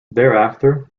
thereafter